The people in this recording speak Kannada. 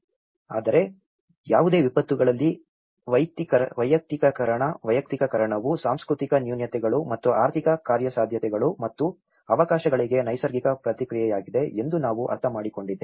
ಆದರೆ ಯಾವುದೇ ವಿಪತ್ತುಗಳಲ್ಲಿ ವೈಯಕ್ತೀಕರಣ ವೈಯಕ್ತೀಕರಣವು ಸಾಂಸ್ಕೃತಿಕ ನ್ಯೂನತೆಗಳು ಮತ್ತು ಆರ್ಥಿಕ ಕಾರ್ಯಸಾಧ್ಯತೆಗಳು ಮತ್ತು ಅವಕಾಶಗಳಿಗೆ ನೈಸರ್ಗಿಕ ಪ್ರತಿಕ್ರಿಯೆಯಾಗಿದೆ ಎಂದು ನಾವು ಅರ್ಥಮಾಡಿಕೊಂಡಿದ್ದೇವೆ